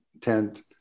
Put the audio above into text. tent